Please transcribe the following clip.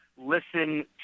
listen